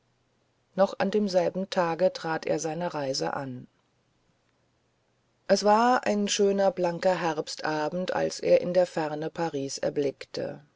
noch an demselben tage trat er seine reise an es war ein schöner blanker herbstabend als er in der ferne paris erblickte